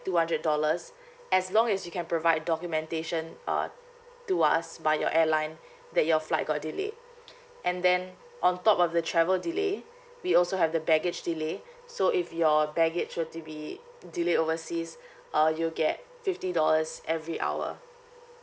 two hundred dollars as long as you can provide documentation uh to us by your airline that your flight got delayed and then on top of the travel delay we also have the baggage delay so if your baggage were to be delayed overseas uh you'll get fifty dollars every hour